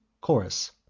chorus